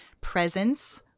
presence